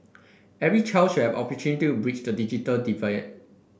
every child should have opportunity to bridge the digital divide